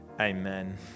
Amen